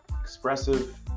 expressive